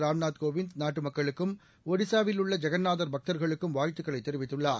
ராம்நாத் கோவிந்த் நாட்டு மக்களுக்கும் ஒடிசாவில் உள்ள ஜெகந்நாதர் பக்தர்களுக்கும் வாழ்த்துக்கள் தெரிவித்துள்ளார்